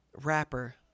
rapper